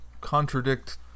contradict